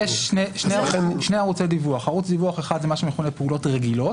יש שני ערוצי דיווח: ערוץ דיווח אחד זה מה שמכונה פעולות רגילות.